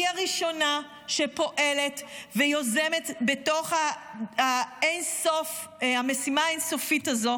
היא הראשונה שפועלת ויוזמת בתוך המשימה האין-סופית הזו